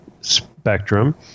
spectrum